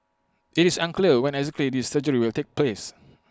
IT is unclear when exactly this surgery will take place